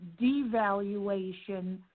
devaluation